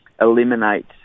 eliminate